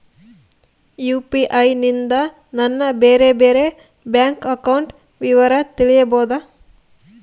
UPI ನಿಂದ ನನ್ನ ಬೇರೆ ಬೇರೆ ಬ್ಯಾಂಕ್ ಅಕೌಂಟ್ ವಿವರ ತಿಳೇಬೋದ?